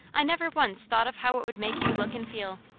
i never once thought of how it would make you look and feel.